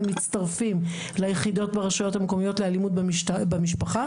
הם מצטרפים ליחידות ברשויות המקומיות לאלימות במשפחה,